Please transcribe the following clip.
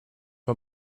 her